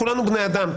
כולנו בני אדם.